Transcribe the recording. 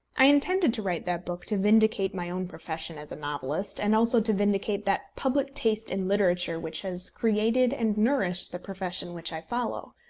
i intended to write that book to vindicate my own profession as a novelist, and also to vindicate that public taste in literature which has created and nourished the profession which i follow.